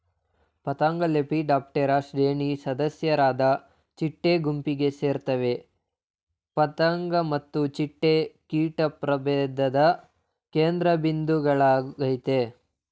ಪತಂಗಲೆಪಿಡಾಪ್ಟೆರಾ ಶ್ರೇಣಿ ಸದಸ್ಯರಾದ ಚಿಟ್ಟೆ ಗುಂಪಿಗೆ ಸೇರ್ತವೆ ಪತಂಗ ಮತ್ತು ಚಿಟ್ಟೆ ಕೀಟ ಪ್ರಭೇಧದ ಕೇಂದ್ರಬಿಂದುಗಳಾಗಯ್ತೆ